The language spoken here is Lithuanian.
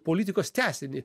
politikos tęsinį